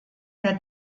der